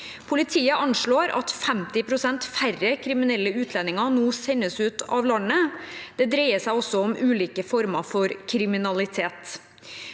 Politiet anslår at 50 pst. færre kriminelle utlendinger nå sendes ut av landet. Dette dreier seg om ulike typer kriminalitet.